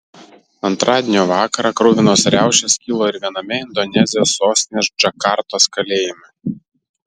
antradienio vakarą kruvinos riaušės kilo ir viename indonezijos sostinės džakartos kalėjime